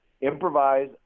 improvise